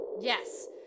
Yes